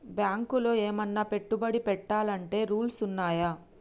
బ్యాంకులో ఏమన్నా పెట్టుబడి పెట్టాలంటే రూల్స్ ఉన్నయా?